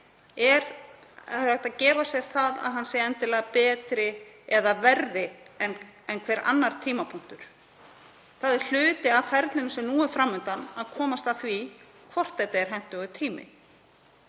er að gefa sér það að þessi tími sé endilega betri eða verri en einhver annar tímapunktur. Það er hluti af ferlinu sem nú er fram undan að komast að því hvort þetta er hentugur tími.